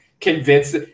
convince –